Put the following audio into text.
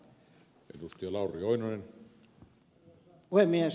arvoisa puhemies